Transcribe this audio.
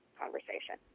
conversation